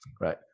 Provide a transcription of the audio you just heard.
right